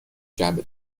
جعبه